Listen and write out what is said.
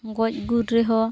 ᱜᱚᱡᱽ ᱜᱩᱨ ᱨᱮᱦᱚᱸ